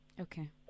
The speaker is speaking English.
okay